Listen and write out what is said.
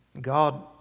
God